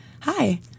Hi